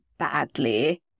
badly